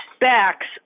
backs